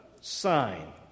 sign